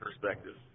perspective